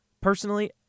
personally